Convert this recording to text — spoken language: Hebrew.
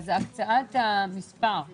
אז הקצאת המספר הוא